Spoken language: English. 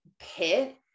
pit